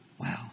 Wow